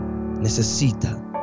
Necesita